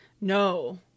No